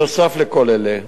נוסף על כל אלה,